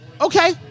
Okay